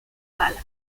gala